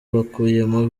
bakuyemo